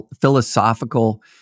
philosophical